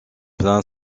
plein